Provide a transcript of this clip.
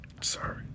Sorry